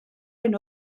hyn